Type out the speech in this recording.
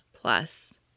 Plus